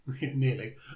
nearly